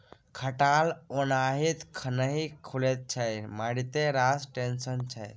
खटाल ओनाहिते नहि खुलैत छै मारिते रास टेंशन छै